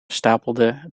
stapelde